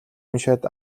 уншаад